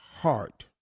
heart